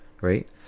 right